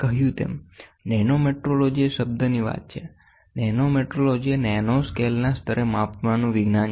મેં કહ્યું તેમ નેનોમેટ્રોલોજી એ શબ્દની વાત છે નેનોમેટ્રોલોજી એ નેનોસ્કેલના સ્તરે માપનું વિજ્ઞાન છે